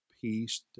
peace